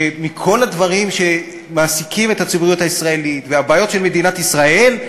שמכל הדברים שמעסיקים את הציבוריות הישראלית והבעיות של מדינת ישראל,